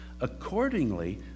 Accordingly